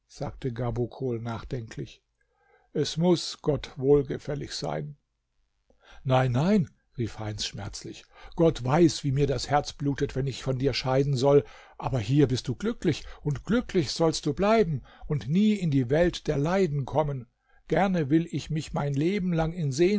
sagte gabokol nachdenklich es muß gott wohlgefällig sein nein nein rief heinz schmerzlich gott weiß wie mir das herz blutet wenn ich von dir scheiden soll aber hier bist du glücklich und glücklich sollst du bleiben und nie in die welt der leiden kommen gerne will ich mich mein leben lang in